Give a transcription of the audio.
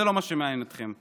זה לא מה שמעניין אתכם.